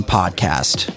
podcast